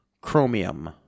Chromium